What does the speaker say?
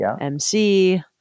MC